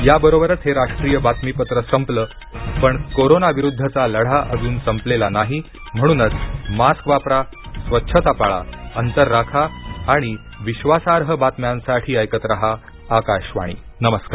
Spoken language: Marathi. याबरोबरच हे राष्ट्रीय बातमीपत्र संपलं पण कोरोना विरुद्धचा लढा अजून संपलेला नाही म्हणूनच मास्क वापरा स्वच्छता पाळा अंतर राखा आणि विश्वासार्ह बातम्यांसाठी ऐकत रहा आकाशवाणी नमस्कार